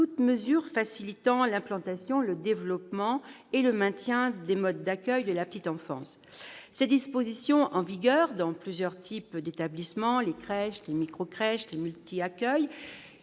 toute mesure facilitant l'implantation, le développement et le maintien de modes d'accueil de la petite enfance. Ces dispositions, en vigueur dans plusieurs types d'établissements- crèches, microcrèches, multi-accueils